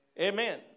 Amen